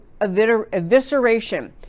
evisceration